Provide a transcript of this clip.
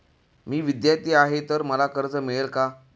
मी विद्यार्थी आहे तर मला कर्ज मिळेल का?